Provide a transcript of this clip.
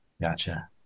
Gotcha